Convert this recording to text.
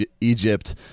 Egypt